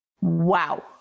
Wow